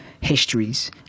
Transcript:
histories